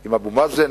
עם אבו מאזן,